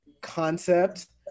concept